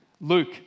Luke